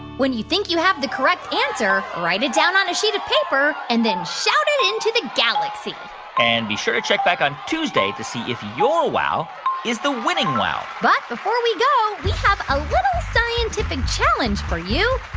when you think you have the correct answer, write it down on a sheet of paper and then shout it into the galaxy and be sure to check back on tuesday to see if your wow is the winning wow but before we go, we have a little scientific challenge for you.